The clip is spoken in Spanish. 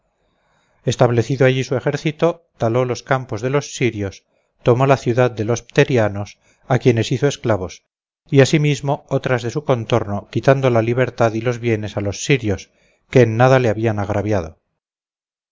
establecido allí su ejército taló los campos de los syrios tomó la ciudad de los pterianos a quiénes hizo esclavos y asimismo otras de su contorno quitando la libertad y los bienes a los syrios que en nada le habían agraviado